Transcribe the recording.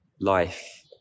life